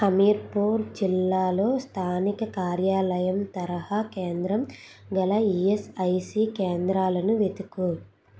హమీర్పూర్ జిల్లాలో స్థానిక కార్యాలయం తరహా కేంద్రం గల ఈఎస్ఐసి కేంద్రాలను వెతుకుము